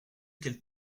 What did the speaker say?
quelles